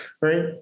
right